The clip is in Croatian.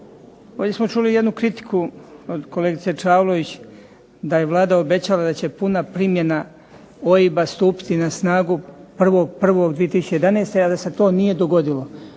Ovdje smo čuli jednu kritiku od kolegice Čavlović da je Vlada obećala da će puna primjena OIB-a stupiti na snagu 1.1.2011. a da se to nije dogodilo.